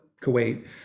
Kuwait